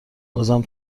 بازم